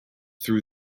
through